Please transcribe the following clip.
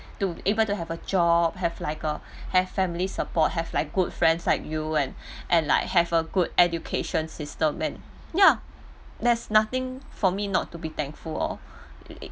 to able to have a job have like a have families support have like good friends like you and and like have a good education system and ya there's nothing for me not to be thankful of I I